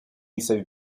saved